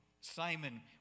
Simon